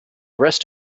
rest